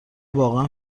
واقعا